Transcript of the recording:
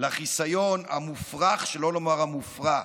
לחיסיון המופרך, שלא לומר המופרע,